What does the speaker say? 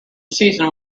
season